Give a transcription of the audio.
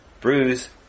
Bruise